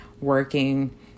working